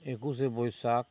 ᱮᱠᱩᱥᱮ ᱵᱟᱹᱭᱥᱟᱹᱠ